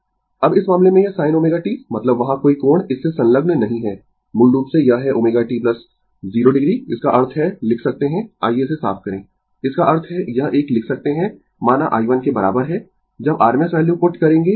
अब इस मामले में यह sin ω t मतलब वहां कोई कोण इससे संलग्न नहीं है मूल रूप से यह है ω t 0 o इसका अर्थ है लिख सकते है आइये इसे साफ करें इसका अर्थ है यह एक लिख सकते है माना i1 के बराबर है जब rms वैल्यू पुट करेंगें 5√ 2 कोण 0 o